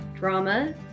Drama